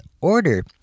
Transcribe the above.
order